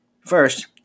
First